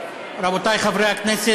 רבותי חברי הכנסת,